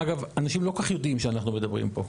אגב, אנשים לא כל כך יודעים שאנחנו מדברים פה.